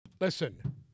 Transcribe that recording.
Listen